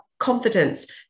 confidence